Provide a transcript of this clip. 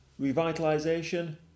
revitalization